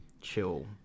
chill